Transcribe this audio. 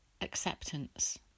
acceptance